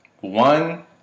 one